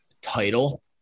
Title